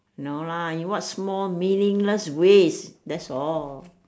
no lah in what small meaningless ways that's all